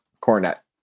Cornet